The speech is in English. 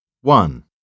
One